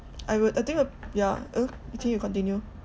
I would I think uh yeah uh yu ting you continue